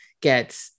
get